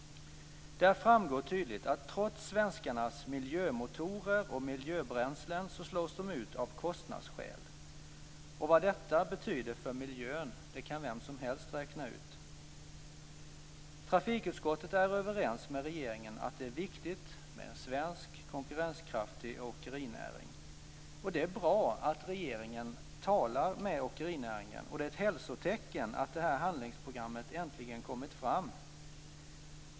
Där framgår tydligt att trots svenskarnas miljömotorer och miljöbränslen slås de ut av kostnadsskäl. Vad detta betyder för miljön kan vem som helst räkna ut. Trafikutskottet är överens med regeringen om att det är viktigt med en svensk, konkurrenskraftig åkerinäring. Det är bra att regeringen talar med åkerinäringen, och det är ett hälsotecken att det här handlingsprogrammet äntligen kommit fram.